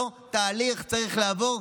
אותו תהליך צריך לעבור,